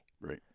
Right